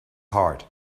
heart